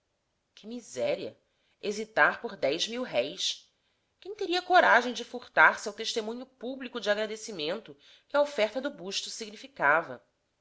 que miséria hesitar por dez mil-réis quem teria coragem de furtar se ao testemunho público de agradecimento que a oferta do busto significava